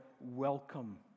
welcome